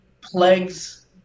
plagues